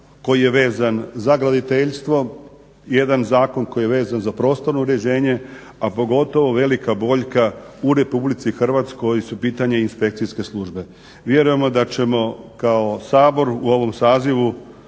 koji je vezan za graditeljstvo, jedan zakon koji je vezan za prostorno uređenje, a pogotovo velika boljka u RH su pitanje inspekcijske službe. Vjerujemo da ćemo kao Sabor u ovom sazivu